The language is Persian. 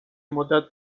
مدت